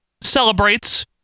celebrates